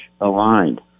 aligned